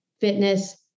fitness